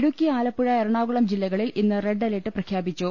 ഇടുക്കി ആലപ്പുഴ എറണാകുളം ജില്ലകളിൽ ഇന്ന് red alert പ്രഖ്യാപിച്ചു